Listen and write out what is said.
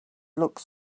looked